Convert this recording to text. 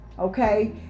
Okay